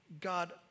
God